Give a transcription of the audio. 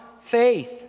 faith